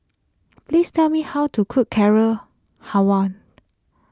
please tell me how to cook Carrot Halwa